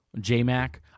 J-Mac